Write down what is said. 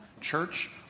church